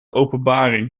openbaring